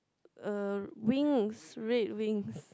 uh wings red wings